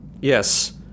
Yes